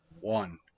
one